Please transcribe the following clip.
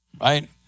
right